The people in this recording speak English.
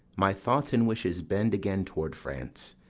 my thoughts and wishes bend again toward france,